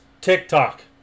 TikTok